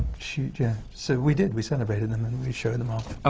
she just so, we did. we celebrated them, and we showed them off